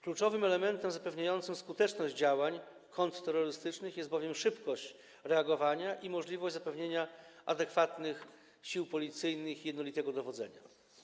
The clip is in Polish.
Kluczowymi elementami zapewniającymi skuteczność działań kontrterrorystycznych są bowiem szybkość reagowania i możliwość zapewnienia adekwatnych sił policyjnych o jednolitej strukturze dowodzenia.